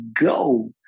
go